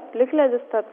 plikledis tad